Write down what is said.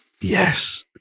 yes